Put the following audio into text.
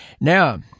Now